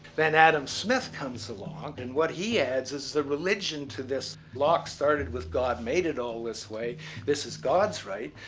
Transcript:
then adam smith comes along and what he adds is the religion to this. locke started with god made it all this way this is god's right.